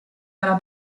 dalla